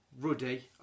Ruddy